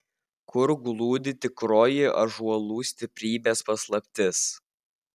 kur glūdi tikroji ąžuolų stiprybės paslaptis